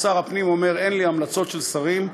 שר הפנים אומר: אין לי המלצות של שרים,